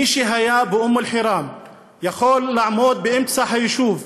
מי שהיה באום אל-חיראן יכול לעמוד באמצע היישוב,